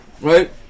right